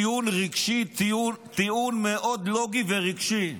זה טיעון רגשי, טיעון מאוד לוגי ורגשי,